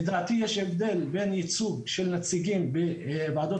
לדעתי יש הבדל בין ייצוג של נציגים בוועדות